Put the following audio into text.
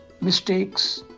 mistakes